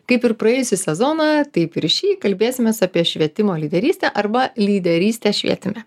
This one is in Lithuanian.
kaip ir praėjusį sezoną taip ir šį kalbėsimės apie švietimo lyderystę arba lyderystę švietime